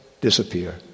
disappear